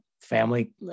family